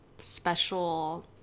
special